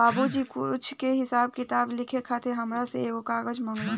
बाबुजी कुछ के हिसाब किताब लिखे खातिर हामरा से एगो कागज मंगलन